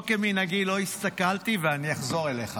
לא כמנהגי לא הסתכלתי, ואני אחזור אליך